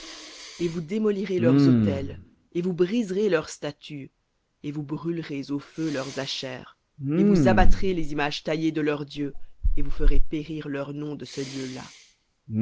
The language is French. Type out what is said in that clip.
et vous démolirez leurs autels et vous briserez leurs statues et vous brûlerez au feu leurs ashères et vous abattrez les images taillées de leurs dieux et vous ferez périr leur nom de ce lieu-là